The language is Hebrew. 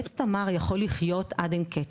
עץ תמר יכול לחיות עד אין קץ,